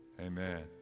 Amen